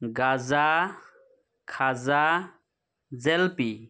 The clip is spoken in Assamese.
গাজা খাজা জেলপী